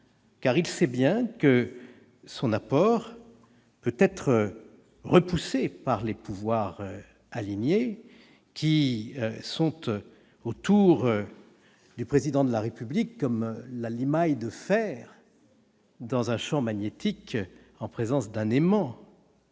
car il sait bien que son apport peut être repoussé par les pouvoirs alignés, qui sont autour du Président de la République comme la limaille de fer dans un champ magnétique en présence d'un aimant.